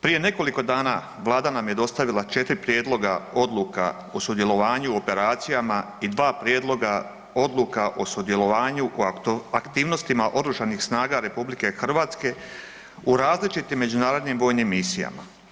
Prije nekoliko dana Vlada nam je dostavila 4 prijedloga odluka o sudjelovanju u operacijama i 2 prijedloga odluka o sudjelovanju i aktivnostima OSRH u različitim međunarodnim vojnim misijama.